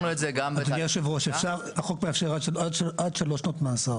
אדוני יושב הראש, החוק מאפשר עד שלוש שנות מאסר